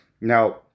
Now